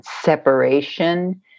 separation